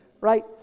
Right